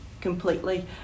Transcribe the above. completely